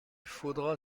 faudra